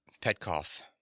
petkoff